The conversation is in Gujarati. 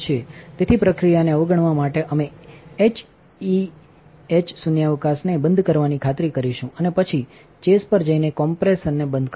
તેથી પ્રક્રિયાનેઅવગણવામાટે અમેએચઇએચ શૂન્યાવકાશને બંધકરવાની ખાતરી કરીશુંઅને પછી ચેઝ પર જઈને કોમ્પ્રેસરને બંધ કરીશું